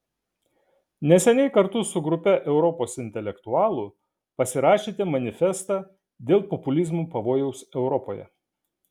neseniai kartu su grupe europos intelektualų pasirašėte manifestą dėl populizmo pavojaus europoje